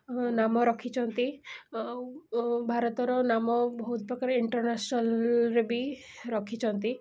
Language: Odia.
ନାମ ରଖିଛନ୍ତି ଭାରତର ନାମ ବହୁତପ୍ରକାର ଇଣ୍ଟର୍ନ୍ୟାସ୍ନାଲ୍ରେ ବି ରଖିଛନ୍ତି